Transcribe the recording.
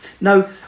Now